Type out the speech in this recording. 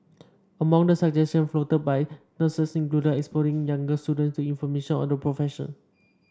among the suggestion floated by nurses included exposing younger students to information on the profession